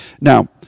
Now